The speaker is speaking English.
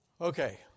Okay